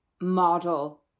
model